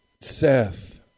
Seth